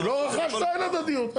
לא רכשת, אין הדדיות.